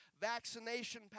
vaccination